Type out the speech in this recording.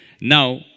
Now